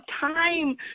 time